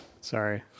Sorry